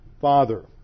Father